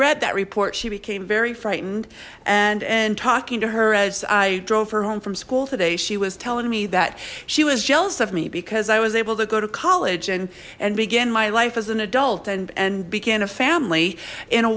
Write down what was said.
read that report she became very frightened and and talking to her as i drove her home from school today she was telling me that she was jealous of me because i was able to go to college and and begin my life as an adult and and began a family in a